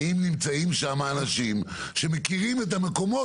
האם נמצאים שם אנשים שמכירים את המקומות